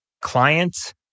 client